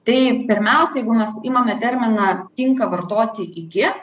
tai pirmiausia jeigu mes imame terminą tinka vartoti iki